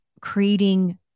creating